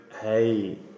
Hey